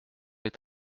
est